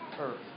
earth